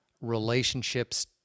relationships